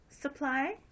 supply